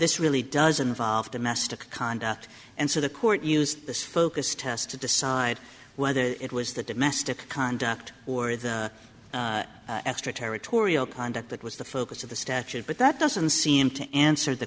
this really does involve domestic conduct and so the court used this focus test to decide whether it was the domestic conduct or the extraterritorial conduct that was the focus of the statute but that doesn't seem to answer the